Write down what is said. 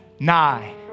Nigh